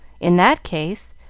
in that case,